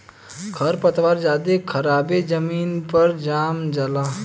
खर पात ज्यादे खराबे जमीन पर जाम जला